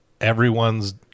everyone's